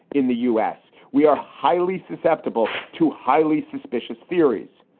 in the us, we are highly susceptible to highly suspicious theories.